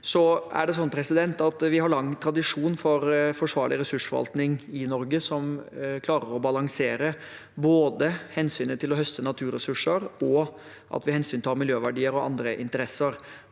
ordningen Grønn plattform. Vi har lang tradisjon for forsvarlig ressursforvaltning i Norge, som klarer å balansere hensynet til å høste naturressurser og at vi hensyntar miljøverdier og andre interesser.